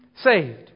saved